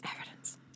Evidence